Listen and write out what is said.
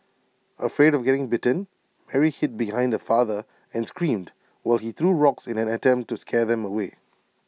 afraid of getting bitten Mary hid behind her father and screamed while he threw rocks in an attempt to scare them away